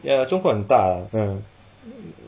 ya 中国很大 eh mm